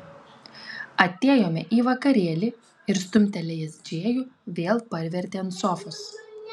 atėjome į vakarėlį ir stumtelėjęs džėjų vėl parvertė ant sofos